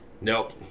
Nope